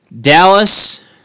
Dallas